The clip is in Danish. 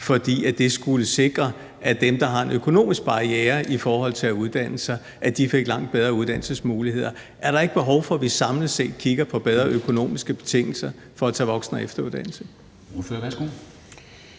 fordi det skulle sikre, at dem, der har en økonomisk barriere i forhold til at uddanne sig, fik langt bedre uddannelsesmuligheder. Er der ikke behov for, at vi samlet set kigger på bedre økonomiske betingelser for at tage voksen- og efteruddannelse?